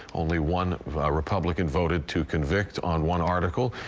only one republican voted to convict on one article,